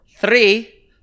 three